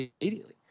immediately